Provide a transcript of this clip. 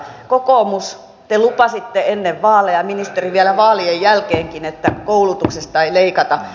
kokoomus te lupasitte ennen vaaleja ministeri vielä vaalien jälkeenkin että koulutuksesta ei leikata